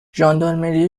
ژاندارمری